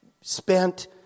Spent